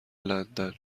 لندن